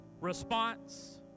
response